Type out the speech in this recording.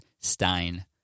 Stein